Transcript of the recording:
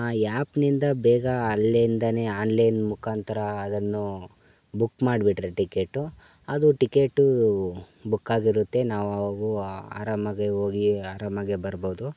ಆ್ಯಪ್ನಿಂದ ಬೇಗ ಅಲ್ಲಿಂದ ಆನ್ಲೈನ್ ಮುಖಾಂತರ ಅದನ್ನು ಬುಕ್ ಮಾಡಿಬಿಟ್ರೆ ಟಿಕೆಟ್ಟು ಅದು ಟಿಕೆಟೂ ಬುಕ್ಕಾಗಿರುತ್ತೆ ನಾವು ಅವಾಗ ಆರಾಮಾಗೆ ಹೋಗಿ ಅರಾಮಾಗೆ ಬರ್ಬೌದು